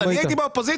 אני הייתי באופוזיציה.